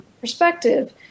perspective